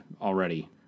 already